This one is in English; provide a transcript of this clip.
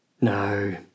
No